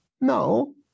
No